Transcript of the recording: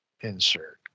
Insert